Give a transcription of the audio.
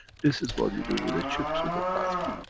this is what you do with the chips, with the plasma.